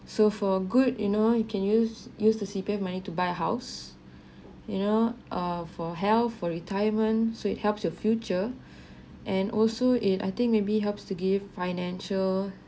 so for a good you know you can use use the C_P_F money to buy a house you know err for health for retirement so it helps your future and also it I think maybe helps to give financial